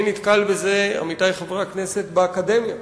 אני נתקל בזה, עמיתי חברי הכנסת, באקדמיה,